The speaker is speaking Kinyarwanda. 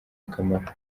akamaro